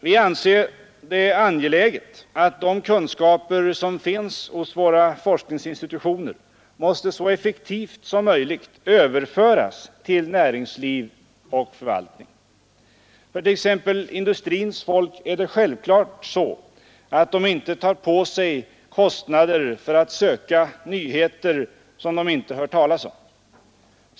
Vi anser det angeläget att de kunskaper som finns hos våra forskningsinstitutioner så effektivt som möjligt överförs till näringsliv och förvaltning. För t. ex industrins folk är det självklart så, att de inte tar på sig kostnader för att söka nyheter, som de inte hört talas om.